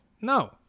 No